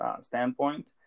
standpoint